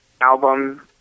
album